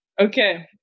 Okay